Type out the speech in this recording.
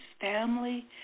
family